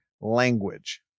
language